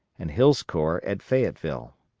and hill's corps at fayetteville.